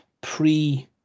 pre